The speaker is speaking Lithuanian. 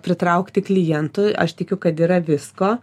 pritraukti klientui aš tikiu kad yra visko